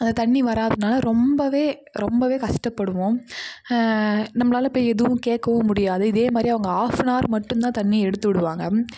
அந்த தண்ணி வராததுனால ரொம்ப ரொம்ப கஷ்டப்படுவோம் நம்மளால போய் எதுவும் கேட்கவும் முடியாது இதேமாதிரி அவங்க ஆஃப் அன் ஆர் மட்டும்தான் தண்ணி எடுத்து விடுவாங்க